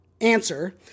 answer